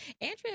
Andrea